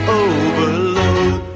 overload